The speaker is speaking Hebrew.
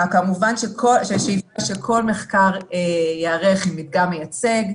כמובן שהשאיפה היא שכל מחקר ייערך עם מדגם מייצג,